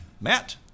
Matt